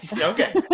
Okay